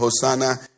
Hosanna